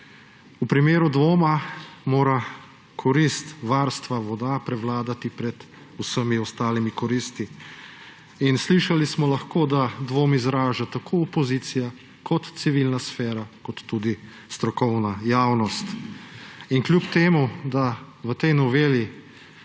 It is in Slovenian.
V primeru dvoma mora korist varstva voda prevladati pred vsemi ostalimi koristmi in slišali smo lahko, da dvom izraža tako opozicija, kot civilna sfera, kot tudi strokovna javnost. In kljub temu da v tej noveli